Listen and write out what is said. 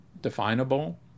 definable